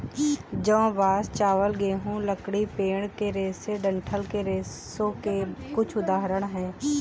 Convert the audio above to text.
जौ, बांस, चावल, गेहूं, लकड़ी, पेड़ के रेशे डंठल के रेशों के कुछ उदाहरण हैं